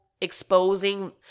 exposing